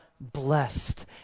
blessed